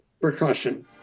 percussion